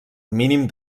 mínim